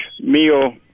meal